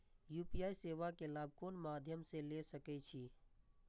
UPI सेवा के लाभ कोन मध्यम से ले सके छी?